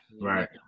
right